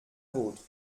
vôtre